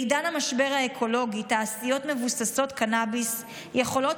בעידן המשבר האקולוגי תעשיות מבוססות קנביס יכולות